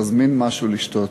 תזמין משהו לשתות.